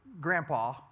grandpa